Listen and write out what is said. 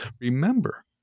Remember